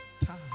time